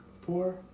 four